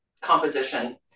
composition